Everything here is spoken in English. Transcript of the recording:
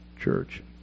church